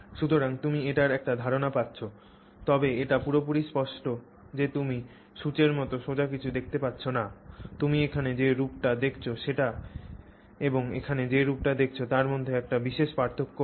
সুতরাং তুমি এটির একটি ধারণা পাচ্ছ তবে এটি পুরোপুরি স্পষ্ট যে তুমি সুচের মতো সোজা কিছু দেখতে পাচ্ছ না তুমি এখানে যে রূপটি দেখছ সেটি এবং এখানে যে রূপটি দেখছ তার মধ্যে একটি বিশেষ পার্থক্য আছে